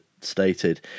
stated